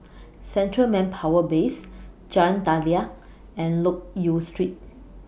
Central Manpower Base Jalan Daliah and Loke Yew Street